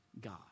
God